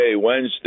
Wednesday